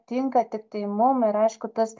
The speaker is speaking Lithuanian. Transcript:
tinka tiktai mum ir aišku tas